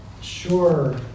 sure